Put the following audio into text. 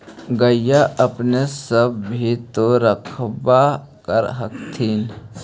गईया अपने सब भी तो रखबा कर होत्थिन?